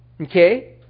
Okay